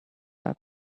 had